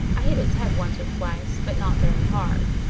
i hit his head once or twice, but not very hard.